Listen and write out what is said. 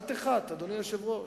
אל תחת, אדוני היושב-ראש,